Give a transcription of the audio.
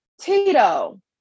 Tito